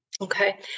okay